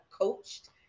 coached